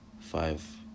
five